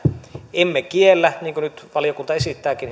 emme kiellä tämäntyyppisiä sopimuksia niin kuin nyt valiokunta esittääkin